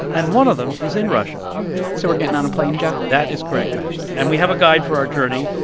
and one of them is in russia so we're getting on a plane, joe? that is correct, maddie. and we have a guide for our journey.